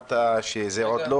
וכנראה אנחנו צפויים לעוד התפתחויות,